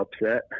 upset